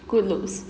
good looks